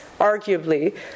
arguably